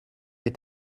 est